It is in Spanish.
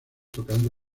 tocando